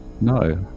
No